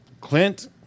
Clint